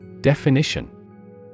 Definition